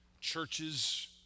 churches